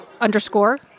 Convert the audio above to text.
underscore